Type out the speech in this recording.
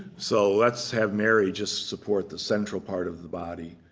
so let's have mary just support the central part of the body.